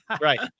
right